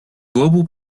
global